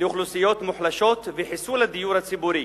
לאוכלוסיות מוחלשות וחיסול הדיור הציבורי.